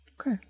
okay